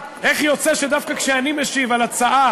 כמו השותף להצעה,